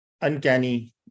uncanny